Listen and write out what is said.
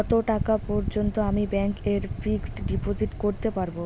কত টাকা পর্যন্ত আমি ব্যাংক এ ফিক্সড ডিপোজিট করতে পারবো?